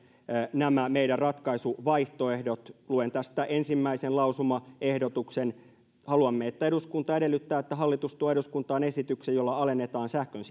nämä meidän ratkaisuvaihtoehtomme luen tästä ensimmäisen lausumaehdotuksen haluamme että eduskunta edellyttää että hallitus tuo eduskuntaan esityksen jolla alennetaan sähkön